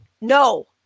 No